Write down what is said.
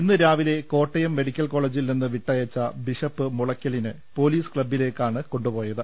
ഇന്ന് രാവിലെ കോട്ടയം മെഡിക്കൽ കോളേജിൽ നിന്ന് വിട്ടയച്ച ബിഷപ്പ് മുളയ്ക്കലിനെ പൊലീസ് ക്ലബ്ബിലേക്കാണ് കൊണ്ടുപോയത്